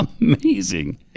Amazing